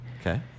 Okay